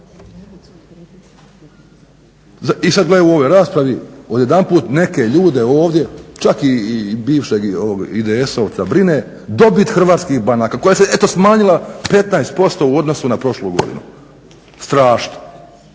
I sad gle u ovoj raspravi odjedanput neke ljude ovdje, čak i bivšeg IDS-ovca brine dobit hrvatskih banaka koja se eto smanjila 15% u odnosu na prošlu godinu. Strašno!